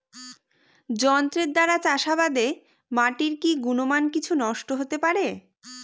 যন্ত্রের দ্বারা চাষাবাদে মাটির কি গুণমান কিছু নষ্ট হতে পারে?